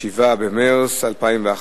7 במרס 2011,